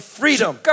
freedom